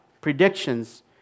predictions